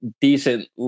decent